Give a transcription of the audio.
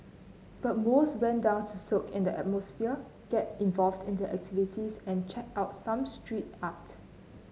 but most went down to soak in the atmosphere get involved in the activities and check out some street art